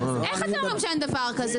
איך אתם אומרים שאין דבר כזה?